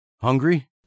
Hungry